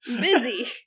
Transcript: Busy